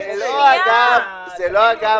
--- אחמד,